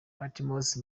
patmos